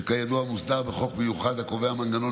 שכידוע מוסדר בחוק מיוחד הקובע מנגנון